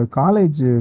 college